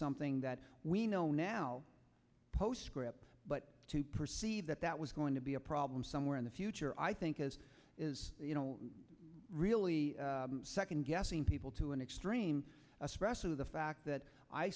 something that we know now postscript but to perceive that that was going to be a problem somewhere in the future i think is you know really second guessing people to an extreme especially the fact that i